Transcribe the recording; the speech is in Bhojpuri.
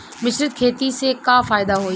मिश्रित खेती से का फायदा होई?